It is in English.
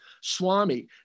Swami